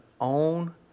own